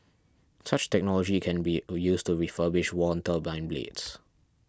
such technology can be used to refurbish worn turbine blades